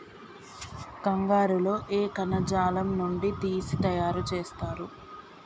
కంగారు లో ఏ కణజాలం నుండి తీసి తయారు చేస్తారు?